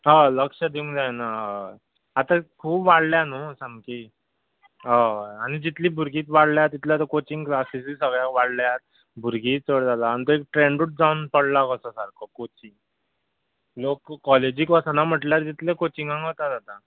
हय लक्ष दिवंक जायना हय आतां खूब वाडल्या न्हू सामकी हय आनी जितलीं भुरगीं वाडल्यां तितले आतां कॉचिंग क्लासीसूय सगळ्याक वाडल्यात भुरगींय चड जालां आनी तें ट्रॅंडूच जावन पडला कसो सारको कॉचिंग लोक कॉलेजीक वचना म्हटल्यार तितले कॉचिंगाक वतात आतां